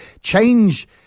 change